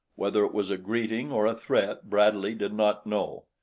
whether it was a greeting or a threat, bradley did not know.